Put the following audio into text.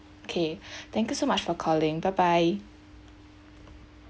K thank you so much for calling bye bye